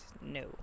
No